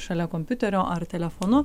šalia kompiuterio ar telefonu